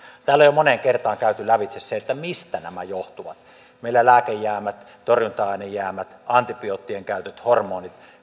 täällä on jo moneen kertaan käyty lävitse se mistä nämä johtuvat meillä lääkejäämiä torjunta ainejäämiä antibioottien käyttöä hormoneja